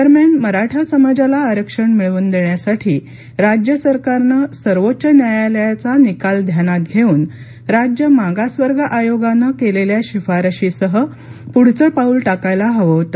दरम्यान मराठा समाजाला आरक्षण मिळवून देण्यासाठी राज्य सरकारने सर्वोच्च न्यायालयाचा निकाल ध्यानात घेऊन राज्य मागासवर्ग आयोगाने केलेल्या शिफारशीसह पुढचे पाऊल टाकायला हवे होते